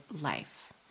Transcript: Life